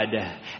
God